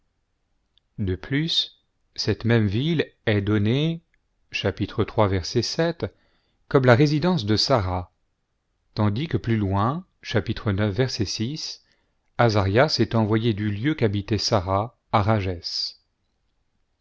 de plus cette même ville est donnée comme la résidence de sara tandis que plus loin ix ti azarias est envoyé du lieu qu'habitait sara à rages